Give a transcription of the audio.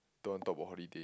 don't talk about holiday